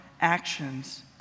actions